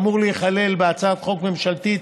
אמור להיכלל בהצעה חוק ממשלתית,